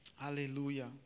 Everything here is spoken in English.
Hallelujah